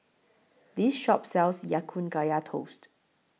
This Shop sells Ya Kun Kaya Toast